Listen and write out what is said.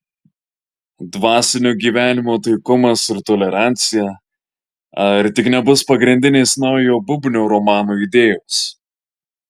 dvasinio gyvenimo taikumas ir tolerancija ar tik nebus pagrindinės naujojo bubnio romano idėjos